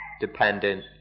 dependent